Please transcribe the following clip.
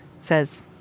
says